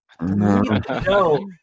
No